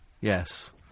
Yes